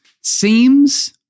seems